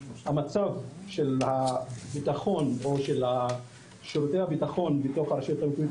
המצב של הביטחון או של שירותי הביטחון בתוך הרשויות המקומיות